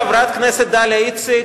חברת הכנסת דליה איציק,